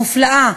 מופלאה,